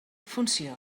funció